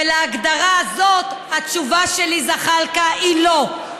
ולהגדרה הזאת התשובה שלי, זחאלקה, היא "לא".